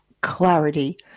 clarity